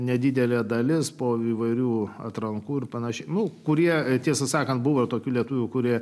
nedidelė dalis po įvairių atrankų ir pan nu kurie tiesą sakant buvo tokių lietuvių kurie